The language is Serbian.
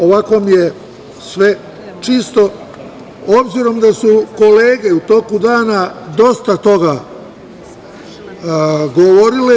Ovako mi je sve čisto, obzirom da su kolege u toku dana dosta toga govorile.